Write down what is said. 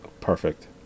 Perfect